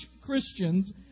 Christians